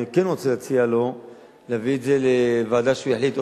אני כן רוצה להציע לו להביא את זה לוועדה שהוא יחליט,